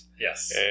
Yes